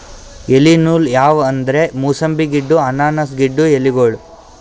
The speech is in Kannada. ಎಲಿ ನೂಲ್ ಯಾವ್ ಅಂದ್ರ ಮೂಸಂಬಿ ಗಿಡ್ಡು ಅನಾನಸ್ ಗಿಡ್ಡು ಎಲಿಗೋಳು